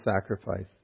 sacrifice